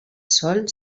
sol